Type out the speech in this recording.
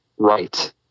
right